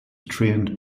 trained